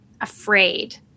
afraid